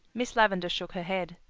miss lavendar shook her head.